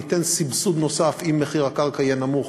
ניתן סבסוד נוסף אם מחיר הקרקע יהיה נמוך,